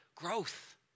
Growth